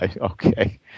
okay